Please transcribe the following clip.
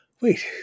wait